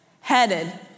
headed